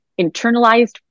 internalized